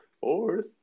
Fourth